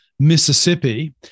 Mississippi